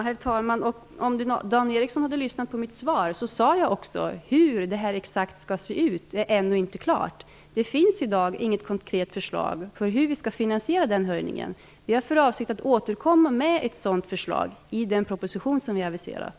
Herr talman! Om Dan Ericsson hade lyssnat på mitt svar hade han hört att jag sade att det ännu inte är klart hur det här exakt skall se ut. Det finns i dag inget konkret förslag för hur vi skall finansiera den höjningen. Vi har för avsikt att återkomma med ett sådant förslag i den proposition som vi har aviserat.